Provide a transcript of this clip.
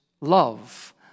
love